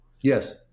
Yes